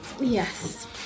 yes